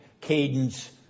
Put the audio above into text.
cadence